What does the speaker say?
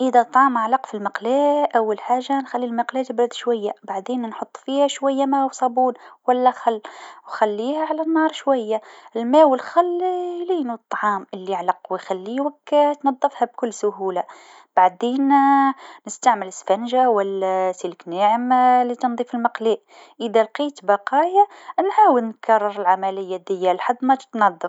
إذا ماكله شدت في المقلا أول حاجه نخلي المقلا تبرد شويه وبعدين نحط فيها شويه ما و صابون ولا خل ونخليها على النار شويه، الما و الخل يلينو الماكله اللي شدت ويخليوك تنظفها بكل سهوله بعدين نستعمل إسفنجه ولا سلك ناعم لتنظيف المقلا إذا لقيت بقايا نعاود نكرر العمليه لحد ما تتنظف.